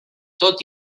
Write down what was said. tot